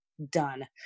done